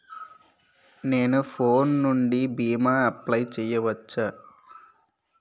నేను ఫోన్ నుండి భీమా అప్లయ్ చేయవచ్చా?